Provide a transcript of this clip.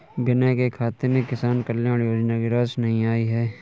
विनय के खाते में किसान कल्याण योजना की राशि नहीं आई है